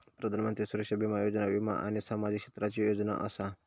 प्रधानमंत्री सुरक्षा बीमा योजना वीमा आणि सामाजिक क्षेत्राची योजना असा